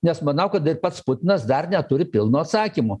nes manau kad ir pats putinas dar neturi pilno atsakymo